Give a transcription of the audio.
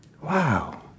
Wow